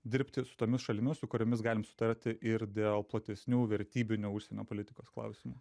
dirbti su tomis šalimis su kuriomis galim sutarti ir dėl platesnių vertybinių užsienio politikos klausimų